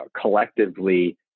collectively